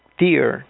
deer